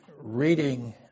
reading